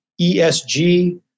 ESG